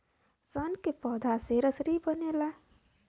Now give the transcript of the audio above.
सन के पौधा से रसरी बनला